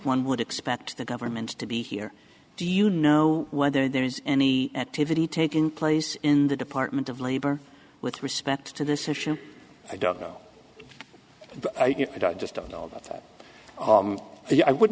one would expect the government to be here do you know whether there is any activity taking place in the department of labor with respect to this issue i don't know but i just don't know about that the i would